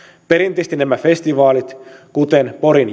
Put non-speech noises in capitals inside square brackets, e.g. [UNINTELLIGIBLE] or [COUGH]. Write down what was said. perinteisesti nämä festivaalit kuten pori [UNINTELLIGIBLE]